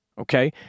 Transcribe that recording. okay